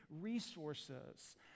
resources